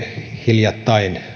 hiljattain